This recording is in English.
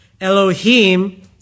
Elohim